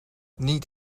niet